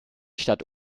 stadt